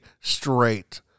straight